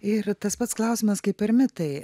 ir tas pats klausimas kaip ermitai